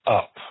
up